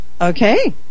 Okay